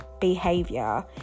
behavior